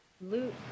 loot